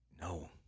No